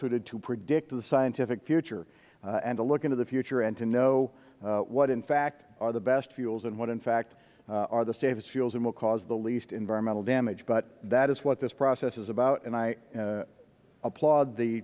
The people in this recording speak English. suited to predict the scientific future and to look into the future and to know what in fact are the best fuels and what in fact are the safest fuels and will cause the least environmental damage but that is what this process is about and i applaud the